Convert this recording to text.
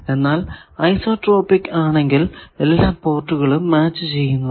എന്നാൽ ഐസോട്രോപിക് ആണെങ്കിൽ എല്ലാ പോർട്ടുകളും മാച്ച് ചെയ്യുന്നതാണ്